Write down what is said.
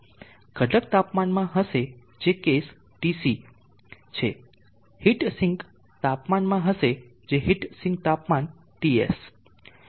ઘટક તાપમાનમાં હશે જે કેસ તાપમાન TC છે હીટ સિંક તાપમાનમાં હશે જે હીટ સિંક તાપમાન TS